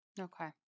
Okay